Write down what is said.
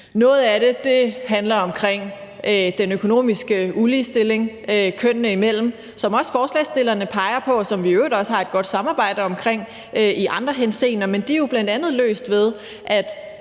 Noget af det handler om den økonomiske ulighed kønnene imellem, som også forslagsstillerne peger på, og som vi i øvrigt også har et godt samarbejde omkring i andre henseender, men de er jo bl.a. løst ved, at